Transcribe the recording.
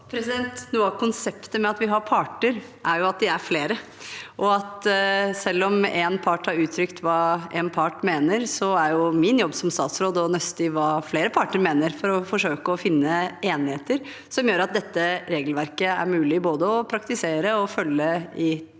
Noe av konsep- tet med at vi har parter, er at de er flere. Selv om en part har uttrykt hva den parten mener, er min jobb som statsråd å nøste i hva flere parter mener, for å forsøke å finne enigheter som gjør at dette regelverket er mulig å både praktisere og følge i framtiden.